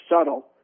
subtle